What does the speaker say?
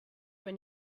when